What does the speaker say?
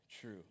true